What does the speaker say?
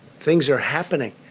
things are happening.